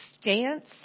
stance